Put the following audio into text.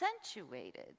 accentuated